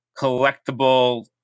collectible